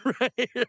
Right